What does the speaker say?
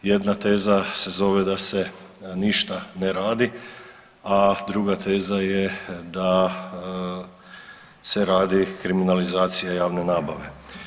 Jedna teza se zove da se ništa ne radi, a druga teza je da se radi kriminalizacija javne nabave.